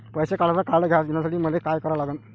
पैसा काढ्याचं कार्ड घेण्यासाठी मले काय करा लागन?